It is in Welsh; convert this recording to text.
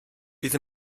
bydd